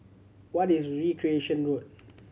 what is Recreation Road